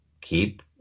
keep